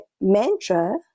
mantra